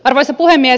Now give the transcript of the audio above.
arvoisa puhemies